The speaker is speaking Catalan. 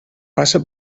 passa